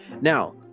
now